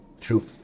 True